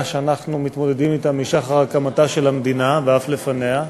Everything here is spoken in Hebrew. שאנחנו מתמודדים אתה משחר הקמתה של המדינה ואף לפניה,